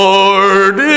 Lord